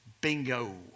bingo